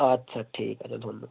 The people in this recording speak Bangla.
আচ্ছা ঠিক আছে ধন্যবাদ